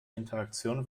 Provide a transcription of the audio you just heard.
interaktion